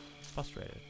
Frustrated